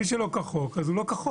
מי שנמצא שלא כחוק, הוא לא כחוק.